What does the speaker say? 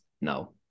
no